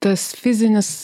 tas fizinis